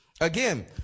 Again